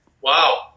Wow